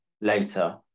later